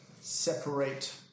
separate